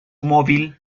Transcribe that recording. mobile